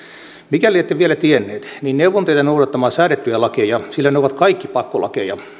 mikäli ette vielä tienneet niin neuvon teitä noudattamaan säädettyjä lakeja sillä ne ovat kaikki pakkolakeja